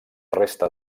resta